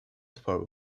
for